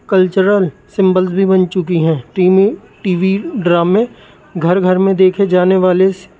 cultural symbols بھی بن چکی ہیں ٹی می ٹی وی ڈرامے گھر گھر میں دیکھے جانے والے